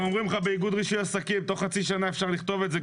הם אומרים לך באיגוד רישוי עסקים תוך חצי שנה אפשר לכתוב את זה.